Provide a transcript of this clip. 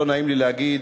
לא נעים לי להגיד,